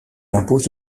impose